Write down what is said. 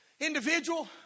individual